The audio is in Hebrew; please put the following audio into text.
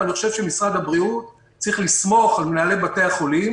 אני חושב שמשרד הבריאות צריך לסמוך על מנהלי בתי החולים